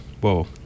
whoa